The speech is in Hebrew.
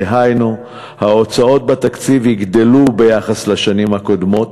דהיינו, ההוצאות בתקציב יגדלו ביחס לשנים הקודמות,